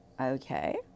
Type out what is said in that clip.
okay